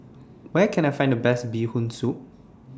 Where Can I Find The Best Bee Hoon Soup